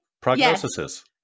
prognosis